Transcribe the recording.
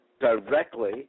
directly